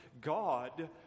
God